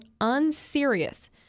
unserious